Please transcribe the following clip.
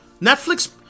Netflix